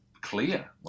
clear